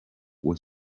with